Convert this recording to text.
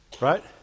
Right